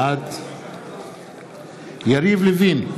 בעד יריב לוין,